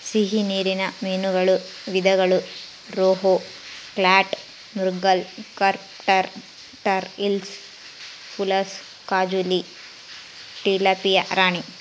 ಸಿಹಿ ನೀರಿನ ಮೀನುಗಳ ವಿಧಗಳು ರೋಹು, ಕ್ಯಾಟ್ಲಾ, ಮೃಗಾಲ್, ಕಾರ್ಪ್ ಟಾರ್, ಟಾರ್ ಹಿಲ್ಸಾ, ಪುಲಸ, ಕಾಜುಲಿ, ಟಿಲಾಪಿಯಾ ರಾಣಿ